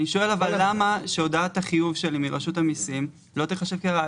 אני שואל למה שהודעת החיוב שלי מרשות המיסים לא תיחשב כראיה?